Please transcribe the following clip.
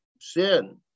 sin